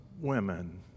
women